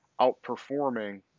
outperforming